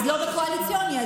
לא בקואליציוני.